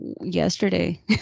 yesterday